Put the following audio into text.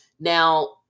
now